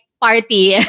party